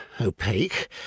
opaque